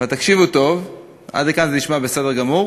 תקשיבו טוב, עד כאן זה נשמע בסדר גמור,